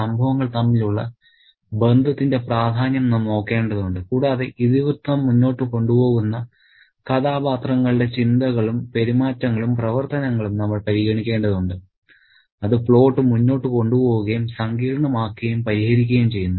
സംഭവങ്ങൾ തമ്മിലുള്ള ബന്ധത്തിന്റെ പ്രാധാന്യം നാം നോക്കേണ്ടതുണ്ട് കൂടാതെ ഇതിവൃത്തം മുന്നോട്ട് കൊണ്ടുപോകുന്ന കഥാപാത്രങ്ങളുടെ ചിന്തകളും പെരുമാറ്റങ്ങളും പ്രവർത്തനങ്ങളും നമ്മൾ പരിഗണിക്കേണ്ടതുണ്ട് അത് പ്ലോട്ട് മുന്നോട്ട് കൊണ്ടുപോകുകയും സങ്കീർണ്ണമാക്കുകയും പരിഹരിക്കുകയും ചെയ്യുന്നു